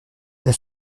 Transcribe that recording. est